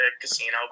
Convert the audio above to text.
casino